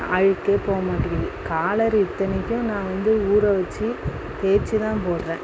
அழுக்கே போக மாட்டேங்கிது காலரு இத்தனைக்கும் நான் வந்து ஊற வைச்சு தேய்ச்சு தான் போடுகிறேன்